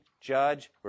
judge